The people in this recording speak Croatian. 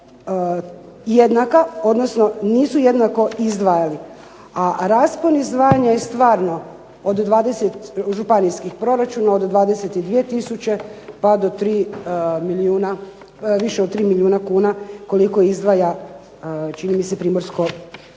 jednaka, odnosno nisu jednako izdvajali. A raspon izdvajanja je stvarno od 20 županijskih proračuna od 22000 pa do 3 milijuna, više od 3 milijuna kuna koliko izdvaja čini mi se Primorsko-goranska